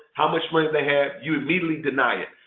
how much money they had, you immediately deny it.